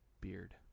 beard